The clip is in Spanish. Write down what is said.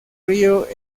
río